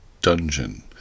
dungeon